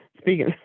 Speaking